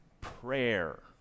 prayer